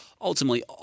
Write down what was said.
ultimately